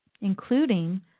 including